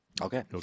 Okay